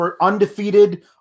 undefeated